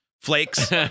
flakes